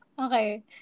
Okay